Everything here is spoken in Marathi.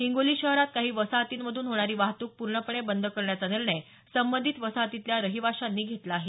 हिंगोली शहरात काही वसाहतींमधून होणारी वाहतुक पूर्णपणे बंद करण्याचा निर्णय संबंधित वसाहतीतल्या रहिवाशांनी घेतला आहे